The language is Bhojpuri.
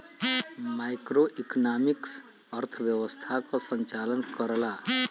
मैक्रोइकॉनॉमिक्स अर्थव्यवस्था क संचालन करला